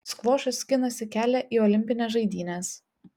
skvošas skinasi kelią į olimpines žaidynes